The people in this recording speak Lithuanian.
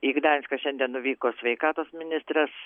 į gdanską šiandien nuvyko sveikatos ministras